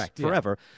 forever